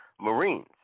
Marines